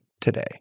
today